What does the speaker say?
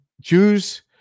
jews